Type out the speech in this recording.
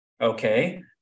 Okay